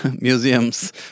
museums